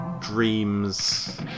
Dreams